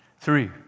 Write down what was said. Three